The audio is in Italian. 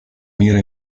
mira